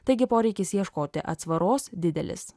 taigi poreikis ieškoti atsvaros didelis